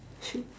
shit